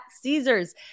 Caesars